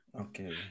Okay